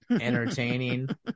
entertaining